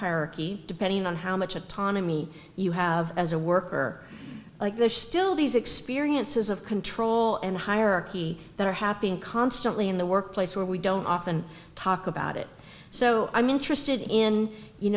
hierarchy depending on how much autonomy you have as a worker like there's still these experiences of control and hierarchy that are happening constantly in the workplace where we don't often talk about it so i'm interested in you